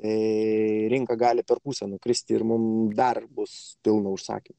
tai rinka gali per pusę nukristi ir mums dar bus pilna užsakymų